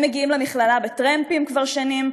הם מגיעים למכללה בטרמפים כבר שנים,